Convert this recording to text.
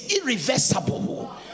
Irreversible